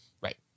Right